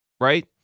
right